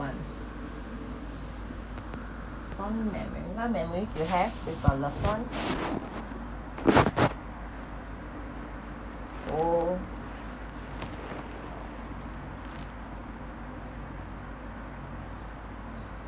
one fond memory what's memory you have with your love one oh